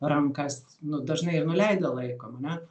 rankas nu dažnai ir nuleidę laikom ane